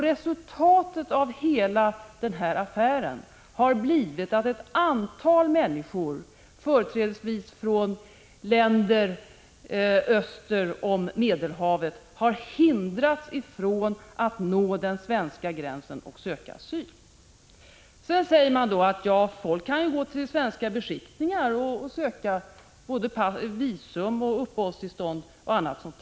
Resultatet av hela denna affär har blivit att ett antal människor, företrädesvis från länder öster om Medelhavet, har hindrats från att nå den svenska gränsen och söka asyl. Vidare sägs att människor kan gå till svenska beskickningar för att ansöka om visum, uppehållstillstånd osv.